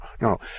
no